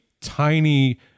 tiny